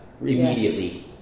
Immediately